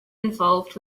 involved